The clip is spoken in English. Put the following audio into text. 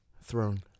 throne